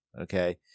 okay